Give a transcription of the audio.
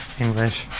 English